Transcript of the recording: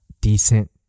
decent